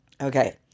Okay